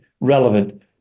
relevant